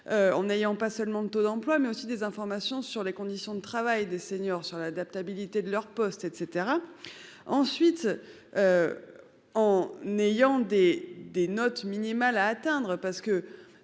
En n'ayant pas seulement le taux d'emploi mais aussi des informations sur les conditions de travail des seniors sur l'adaptabilité de leur poste, etc. Ensuite. En n'ayant des des notes minimale à atteindre parce que